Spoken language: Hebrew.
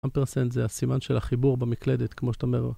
אמפרסנט זה הסימן של החיבור במקלדת, כמו שאתה אומר